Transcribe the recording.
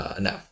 No